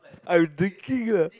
I'm drinking ah